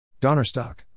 Donnerstock